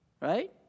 right